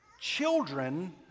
Children